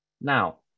Now